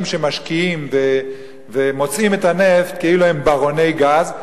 שמשקיעים ומוצאים את הנפט כאילו הם ברוני גז,